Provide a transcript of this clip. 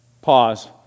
Pause